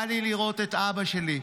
בא לי לראות את אבא שלי,